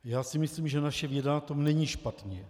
Já si myslím, že naše věda na tom není špatně.